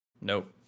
Nope